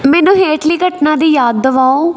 ਮੈਨੂੰ ਹੇਠਲੀ ਘਟਨਾ ਦੀ ਯਾਦ ਦਿਵਾਓ